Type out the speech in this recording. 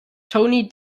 tony